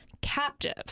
captive